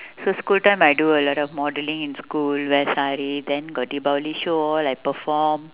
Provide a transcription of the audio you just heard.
so school time I do a lot of modelling in school wear sari then got deepavali show all I perform